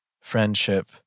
friendship